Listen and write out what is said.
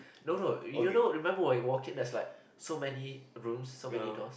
no no you don't know remember you walk in there's like so many rooms so many doors